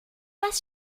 was